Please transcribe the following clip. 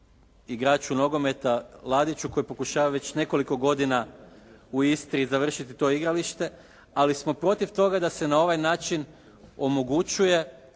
igraču nogometa Ladiću koji pokušava već nekoliko godina u Istri završiti to igralište, ali smo protiv toga da se na ovaj način omoguće